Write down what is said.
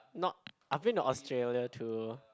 not I've been to Australia too